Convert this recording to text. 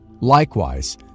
Likewise